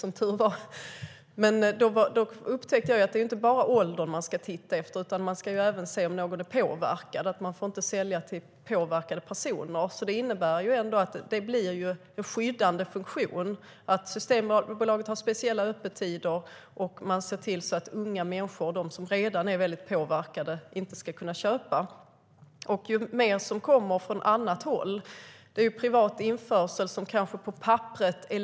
Jag upptäckte då att det inte bara är ålder man ska titta på utan även om någon är påverkad. Man får inte sälja till påverkade personer. Det innebär att det blir en skyddande funktion. Systembolaget har speciella öppettider, och man ser till att unga människor och personer som redan är väldigt påverkade inte ska kunna köpa. Privat införsel när man far över gränsen är kanske laglig på papperet.